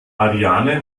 ariane